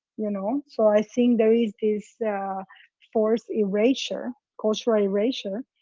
you know. so i think there is this forced erasure, culture erasure,